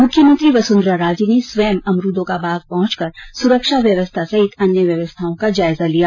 मुख्यमंत्री वसंधरा राजे ने स्वयं अमरूदों का बाग पहुंचकर सुरक्षा व्यवस्था सहित अन्य व्यवस्थाओं का जायजा लिया